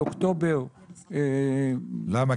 מאוקטובר --- למה?